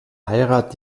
heirat